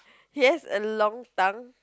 he has a long tongue